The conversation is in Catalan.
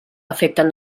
afecten